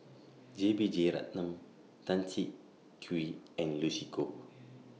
J B Jeyaretnam Tan Siah Kwee and Lucy Koh